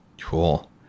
Cool